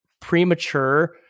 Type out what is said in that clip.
premature